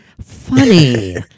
funny